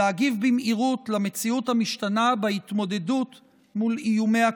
להגיב במהירות למציאות המשתנה בהתמודדות מול איומי הקורונה.